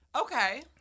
Okay